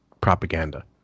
propaganda